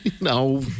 No